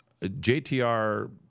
JTR